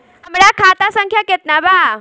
हमरा खाता संख्या केतना बा?